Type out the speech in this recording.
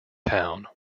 town